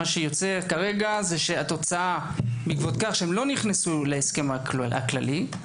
מה שיוצא כרגע, שלא נכנסו להסכם הכללי.